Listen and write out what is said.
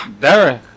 Derek